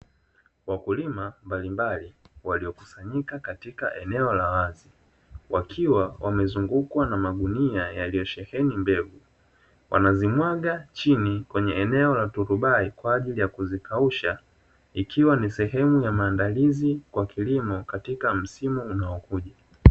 Wakulima mbalimbali waliokusanyika katika eneo la wazi, wakiwa wamezungukwa na magunia yaliyosheheni mbegu, wanazimwaga chini kwenye eneo la turubai kwa ajili ya kuzikausha ikiwa ni sehemu ya maandalizi kwa kilimo katika msimu unaokuja.